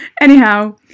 Anyhow